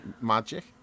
magic